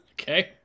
Okay